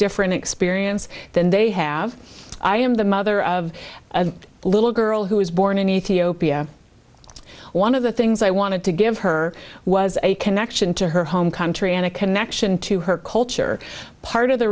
different experience than they have i am the mother of a little girl who was born in ethiopia one of the things i wanted to give her was a connection to her home country and a connection to her culture part of the